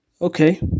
okay